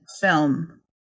film